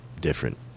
different